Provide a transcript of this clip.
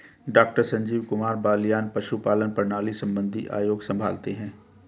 doctor Sanjeev Kumar Baliyan पशुपालन प्रणाली संबंधित आयोग संभालते हैं